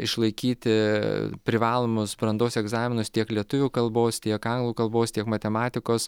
išlaikyti privalomus brandos egzaminus tiek lietuvių kalbos tiek anglų kalbos tiek matematikos